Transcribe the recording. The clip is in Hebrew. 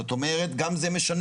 זאת אומרת, גם זה משנה.